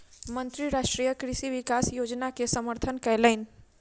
मंत्री राष्ट्रीय कृषि विकास योजना के समर्थन कयलैन